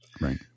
Right